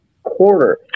quarter